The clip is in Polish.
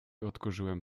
odkurzyłem